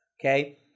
okay